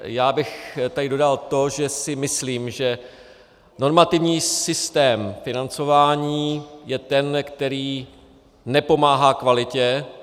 Já bych tady dodal to, že si myslím, že normativní systém financování je ten, který nepomáhá kvalitě.